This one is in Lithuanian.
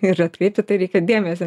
ir atkreipt į tai reikia dėmesį